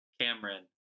cameron